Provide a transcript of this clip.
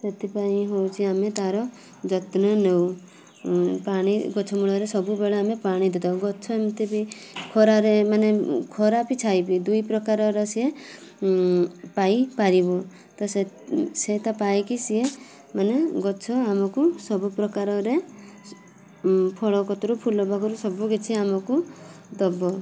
ସେଥିପାଇଁ ହେଉଛି ଆମେ ତାର ଯତ୍ନ ନେଉ ପାଣି ଗଛମୂଳରେ ସବୁବେଳେ ଆମେ ପାଣି ଦେଉ ଗଛ ଏମିତି ବି ଖରାରେ ମାନେ ଖରା ବି ଛାଇ ବି ଦୁଇ ପ୍ରକାରର ସିଏ ପାଇପାରିବୁ ତ ସେ ତା ପାଇକି ସିଏ ମାନେ ଗଛ ଆମକୁ ସବୁ ପ୍ରକାରରେ ଫଳ କତୁରୁ ଫୁଲ ପାଖରୁ ସବୁକିଛି ଆମକୁ ଦେବ